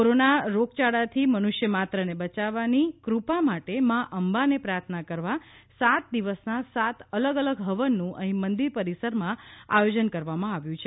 corona રોગયાળા થી મનુષ્યમાત્રને બયાવવાની કૃપા માટે માં અંબાને પ્રાર્થના કરવા સાત દિવસના સાત અલગ અલગ હવનનું અહી મંદિર પરિસરમાં આયોજન કરવામાં આવ્યું છે